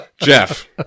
jeff